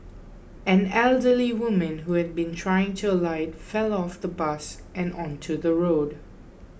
an elderly woman who had been trying to alight fell off the bus and onto the road